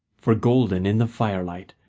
for golden in the firelight,